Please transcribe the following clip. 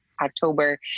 October